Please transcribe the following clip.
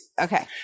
Okay